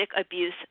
abuse